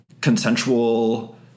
consensual